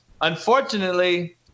unfortunately